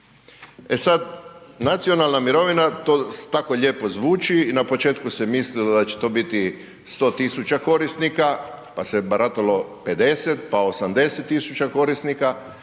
E sad, nacionalna mirovina, to tako lijepo zvuči, na početku se mislilo da će to biti 100 000 korisnika pa se baratalo 50 pa 80 000 korisnika.